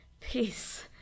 peace